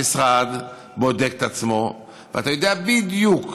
המשרד בודק את עצמו, ואתה יודע בדיוק